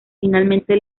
finalmente